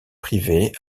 privé